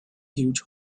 huge